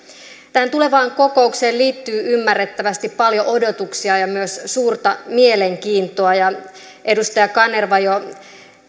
tähän tulevaan kokoukseen liittyy ymmärrettävästi paljon odotuksia ja myös suurta mielenkiintoa edustaja kanerva jo